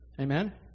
Amen